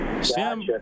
Sam